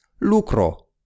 Lucro